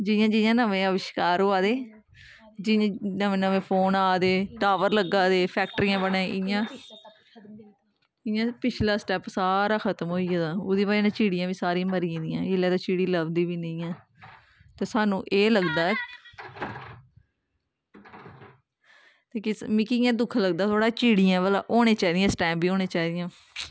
जियां जियां नमें अविश्कार होआ दे जियां नमें नमें फोन आ दे टावर लग्गा दे फैक्ट्रियां बना दियां इ'यां इ'यां पिछला स्टैप सारा खतम होई गेदा ओह्दी बजह् नै चिड़ियां बी सारियां मरी गेदियां इसलै चिड़ियां ते लभदी बी निं ऐ ते सानूं एह् लगदा ऐ ते मिगी इ'यां दुख लगदा थोह्ड़ा चिड़ियां भला होनियां चाहिदियां इस टैम बी होनियां चाहिदियां